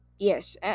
Yes